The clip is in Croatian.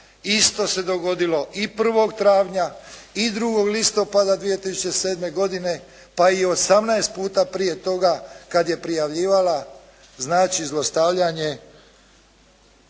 isto se dogodilo i 1. travnja i 2. listopada 2007. godine, pa i 18 puta prije toga kad je prijavljivala znači zlostavljanje